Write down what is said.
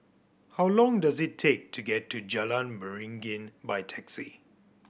how long does it take to get to Jalan Beringin by taxi